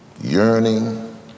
yearning